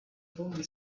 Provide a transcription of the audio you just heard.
fondi